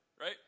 right